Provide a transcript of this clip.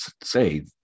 say